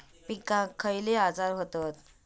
पिकांक खयले आजार व्हतत?